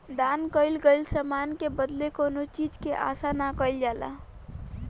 दान कईल गईल समान के बदला कौनो चीज के आसा ना कईल जाला